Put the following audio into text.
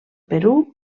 perú